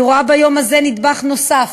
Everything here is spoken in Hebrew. אני רואה ביום הזה נדבך נוסף